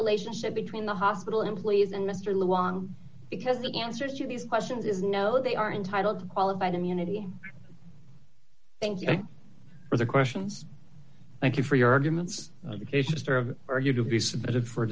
relationship between the hospital employees and mister long because the answer to these questions is no they are entitled to qualified immunity thank you for the questions thank you for your arguments for you to be submitted for